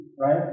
right